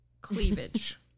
Cleavage